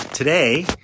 Today